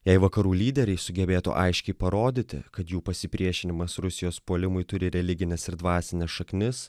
jei vakarų lyderiai sugebėtų aiškiai parodyti kad jų pasipriešinimas rusijos puolimui turi religines ir dvasines šaknis